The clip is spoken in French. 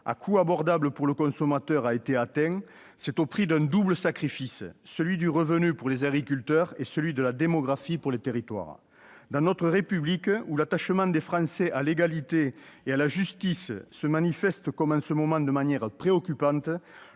à coût abordable pour le consommateur a été atteint, c'est au prix d'un double sacrifice : celui du revenu pour les agriculteurs, celui de la démographie pour les territoires. Dans notre République, où l'attachement des Français à l'égalité et à la justice se manifeste en ce moment de manière préoccupante,